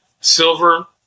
silver